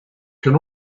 can